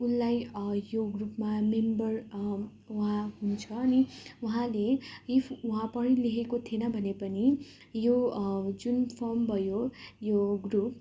उसलाई यो ग्रुपमा मेम्बर उहाँ हुन्छ अनि उहाँले इफ उहाँ पढेलेखेको थिएन भने पनि यो जुन फर्म भयो यो ग्रुप